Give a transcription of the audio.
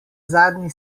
zadnji